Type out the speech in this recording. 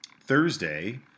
Thursday